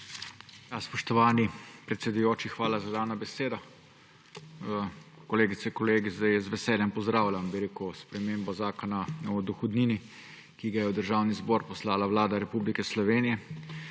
Spoštovani predsedujoči, hvala za dano besedo. Kolegice in kolegi, jaz z veseljem pozdravljam spremembo Zakona o dohodnini, ki ga je v Državni zbor poslala Vlada Republike Slovenije.